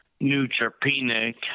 neutropenic